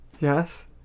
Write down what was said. Yes